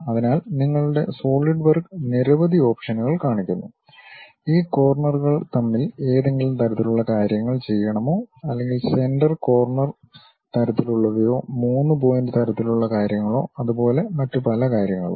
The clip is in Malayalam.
അതിനാൽ നിങ്ങളുടെ സോളിഡ് വർക്ക് നിരവധി ഓപ്ഷനുകൾ കാണിക്കുന്നു ഈ കോർണർകൾ തമ്മിൽ ഏതെങ്കിലും തരത്തിലുള്ള കാര്യങ്ങൾ ചെയ്യണമോ അല്ലെങ്കിൽ സെന്റർ കോർണർ തരത്തിലുള്ളവയോ 3 പോയിന്റ് തരത്തിലുള്ള കാര്യങ്ങളോ അതുപോലെ മറ്റു പല കാര്യങ്ങളും